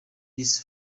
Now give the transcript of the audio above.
this